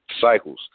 cycles